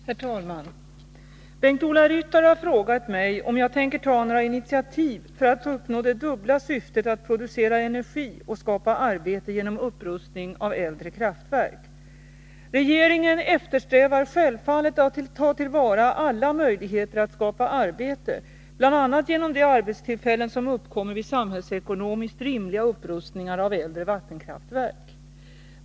Herr talman! Bengt-Ola Ryttar har frågat mig om jag tänker ta några initiativ för att uppnå det dubbla syftet att producera energi och skapa arbete genom upprustning av äldre kraftverk. Regeringen eftersträvar självfallet att ta till vara alla möjligheter att skapa arbete, bl.a. genom de arbetstillfällen som uppkommer vid samhällsekonomiskt rimliga upprustningar av äldre vattenkraftverk.